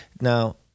Now